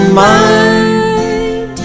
mind